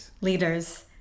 leaders